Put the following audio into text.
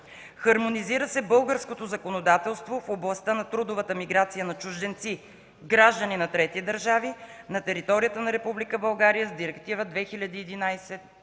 Хармонизира се българското законодателство в областта на трудовата миграция на чужденци – граждани на трети държави, на територията на Република България